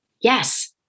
Yes